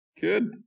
good